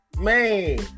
Man